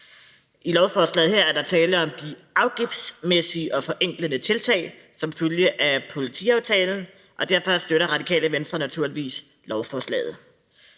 I lovforslaget her er der tale om de afgiftsmæssige og forenklende tiltag som følge af politiaftalen, og derfor støtter Radikale Venstre naturligvis lovforslaget.